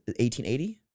1880